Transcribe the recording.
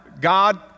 God